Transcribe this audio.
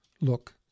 look